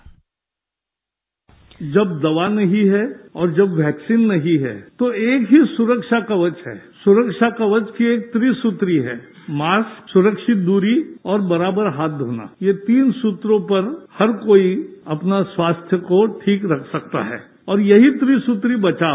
bite जब दवा नहीं है और जब वैक्सीन नहीं है तो सुरक्षा कवच के त्री सूत्र ही हैं मास्क सुरक्षित दूरी और बराबर हाथ धोना ये तीन सूत्रों पर हर कोई अपना स्वास्थ्य को ठीक रख सकता है और यही त्री सूत्री बचाव है